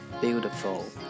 Beautiful